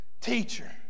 teacher